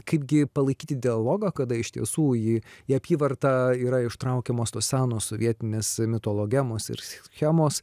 kaipgi palaikyti dialogą kada iš tiesų ji į apyvartą yra ištraukiamos tos senos sovietinės mitologemos ir schemos